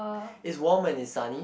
is warm and is sunny